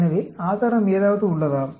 எனவே ஏதாவது ஆதாரம் உள்ளதா